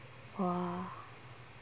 !wah!